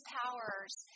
powers